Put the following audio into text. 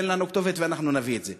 תן לנו כתובת ואנחנו נביא את זה.